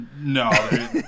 No